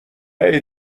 عدهای